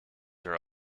are